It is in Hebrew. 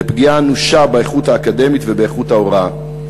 לפגיעה אנושה באיכות האקדמית ובאיכות ההוראה.